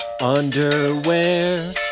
Underwear